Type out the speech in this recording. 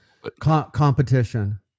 competition